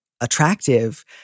attractive